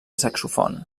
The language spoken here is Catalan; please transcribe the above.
saxofon